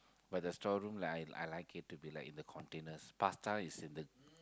but the storeroom like I I like it to be like the containers pasta is in the